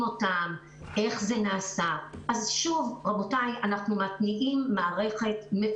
ואמרת בסיכום הדיון שאתה תקיים על זה דיון עוד